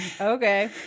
okay